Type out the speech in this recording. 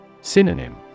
Synonym